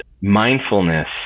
mindfulness